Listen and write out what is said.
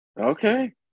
Okay